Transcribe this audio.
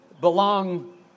belong